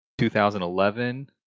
2011